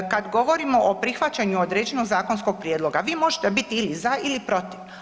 Kad govorimo o prihvaćanju određenog zakonskog prijedloga, vi možete biti ili za ili protiv.